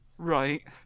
Right